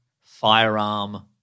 firearm